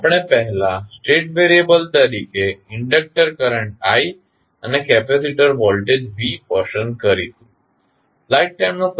આપણે પહેલા state variable તરીકે ઇન્ડક્ટર કરંટ i અને કેપેસિટર વોલ્ટેજ v પસંદ કરીશું